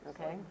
Okay